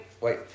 wait